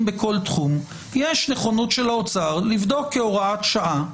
בכל תחום יש נכונות של האוצר לבדוק כהוראת שעה,